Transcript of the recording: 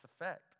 effect